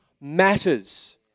matters